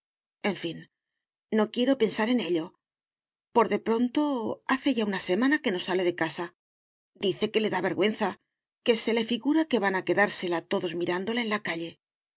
en fin no quiero pensar en ello por de pronto hace ya una semana que no sale de casa dice que le da vergüenza que se le figura que van a quedársela todos mirándola en la calle